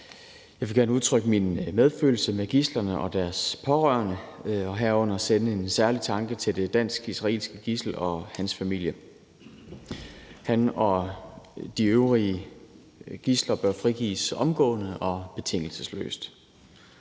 Jeg vil gerne udtrykke min medfølelse med gidslerne og deres pårørende og herunder sende en særlig tanke til det dansk-israelske gidsel og hans familie. Han og de øvrige gidsler bør frigives omgående og betingelsesløst.